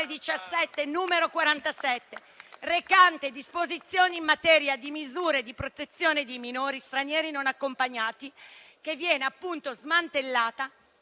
2017, n. 47, recante disposizioni in materia di misure di protezione dei minori stranieri non accompagnati - che viene di fatto smantellata